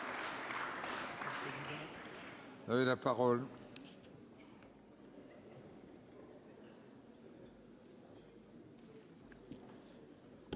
Vous avez la parole,